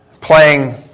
playing